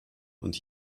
und